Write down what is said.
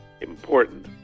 important